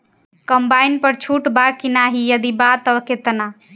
Combine पर छूट बा की नाहीं यदि बा त केतना?